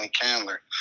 candler